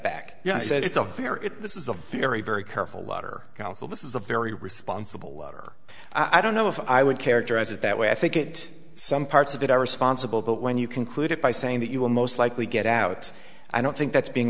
back i said it's not clear if this is a very very careful letter council this is a very responsible letter i don't know if i would characterize it that way i think it some parts of it are responsible but when you concluded by saying that you will most likely get out i don't think